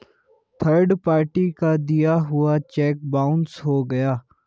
third party का दिया हुआ चेक बाउंस हो गया